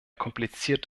kompliziert